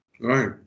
right